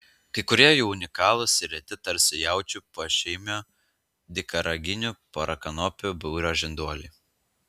kai kurie jų unikalūs ir reti tarsi jaučių pošeimio dykaraginių porakanopių būrio žinduoliai